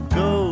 go